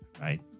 right